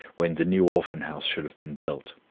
when the new orphan-house shall have been built.